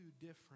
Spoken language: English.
different